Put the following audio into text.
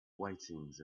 whitings